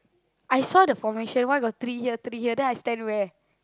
I saw the formation why got three here three here then I stand where